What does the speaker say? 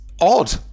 odd